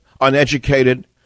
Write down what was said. uneducated